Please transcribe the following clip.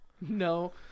No